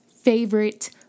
favorite